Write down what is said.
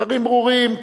דברים ברורים,